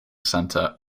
center